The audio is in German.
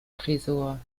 tresor